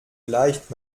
leicht